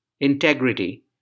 integrity